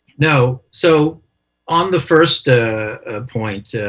no. so on the first ah point,